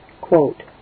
Quote